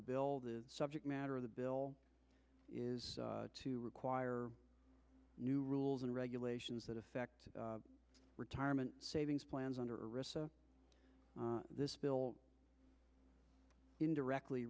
the subject matter of the bill is to require new rules and regulations that affect retirement savings plans under this bill indirectly